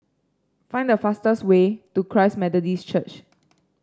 find the fastest way to Christ Methodist Church